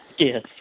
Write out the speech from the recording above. Yes